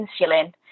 insulin